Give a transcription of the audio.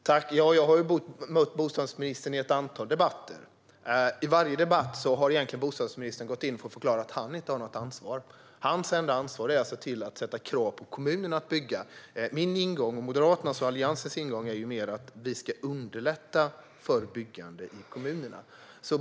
Herr talman! Jag har mött bostadsministern i ett antal debatter. I varje debatt har bostadsministern förklarat att han inte har något ansvar. Hans enda ansvar är att ställa krav på kommunerna att bygga. Min ingång - Moderaternas och Alliansens ingång - är mer att vi ska underlätta för byggande i kommunerna.